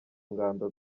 ngando